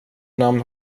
namn